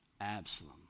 Absalom